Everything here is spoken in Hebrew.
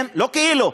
לא כאילו,